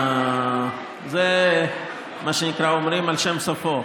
זה מה שנקרא "על שם סופו".